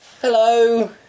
Hello